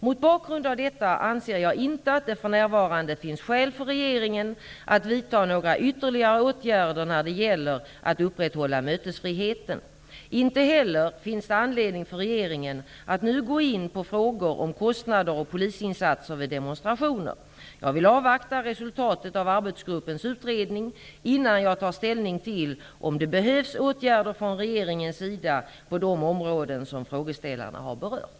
Mot bakgrund av detta anser jag inte att det för närvarande finns skäl för regeringen att vidta några ytterligare åtgärder när det gäller att upprätthålla mötesfriheten. Inte heller finns det anledning för regeringen att nu gå in på frågor om kostnader och polisinsatser vid demonstrationer. Jag vill avvakta resultatet av arbetsgruppens utredning innan jag tar ställning till om det behövs åtgärder från regeringens sida på de områden som frågeställarna ha berört.